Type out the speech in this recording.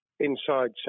inside